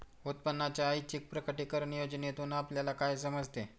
उत्पन्नाच्या ऐच्छिक प्रकटीकरण योजनेतून आपल्याला काय समजते?